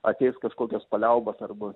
ateis kažkokios paliaubos arba